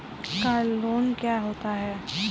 Car loan क्या होता है?